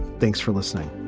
thanks for listening